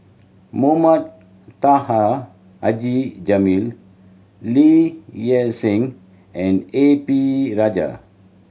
Mohamed Taha Haji Jamil Lee Hee Seng and A P Rajah